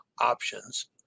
options